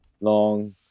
Long